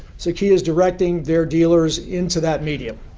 so kia's directing their dealers into that medium.